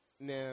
Now